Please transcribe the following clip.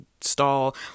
stall